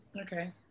Okay